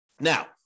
Now